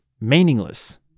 meaningless